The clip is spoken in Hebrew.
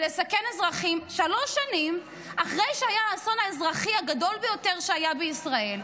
לסכן אזרחים שלוש שנים אחרי שהיה האסון האזרחי הגדול ביותר שהיה בישראל,